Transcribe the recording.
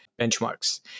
benchmarks